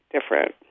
different